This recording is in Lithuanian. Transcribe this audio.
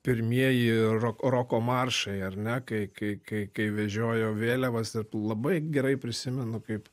pirmieji ro roko maršai ar ne kai kai kai kai vežiojo vėliavas ir labai gerai prisimenu kaip